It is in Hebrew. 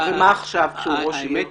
ומה עכשיו כשהוא ראש עיר?